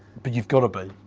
but you've gotta be.